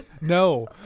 No